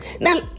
Now